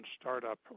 startup